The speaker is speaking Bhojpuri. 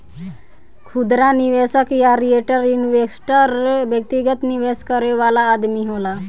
खुदरा निवेशक या रिटेल इन्वेस्टर व्यक्तिगत निवेश करे वाला आदमी होला